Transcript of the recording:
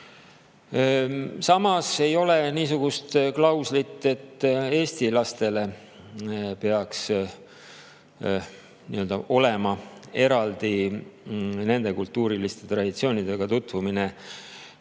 Samas ei ole niisugust klauslit, et eesti lastele peaks olema eraldi nende kultuuriliste traditsioonidega tutvumine.